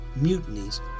mutinies